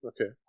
Okay